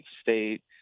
State